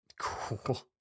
cool